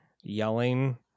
yelling